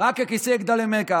"רק הכסא אגדל ממך".